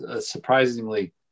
surprisingly